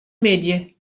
middei